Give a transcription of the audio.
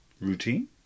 Routine